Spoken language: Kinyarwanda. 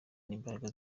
n’imbaraga